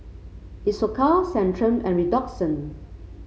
Isocal Centrum and Redoxon